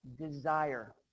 desire